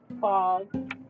fog